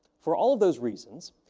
for all of those reasons,